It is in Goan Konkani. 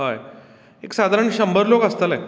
हय एक सादारण शंबर लोक आसतलें